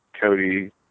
Cody